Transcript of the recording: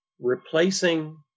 replacing